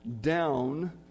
down